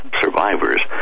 survivors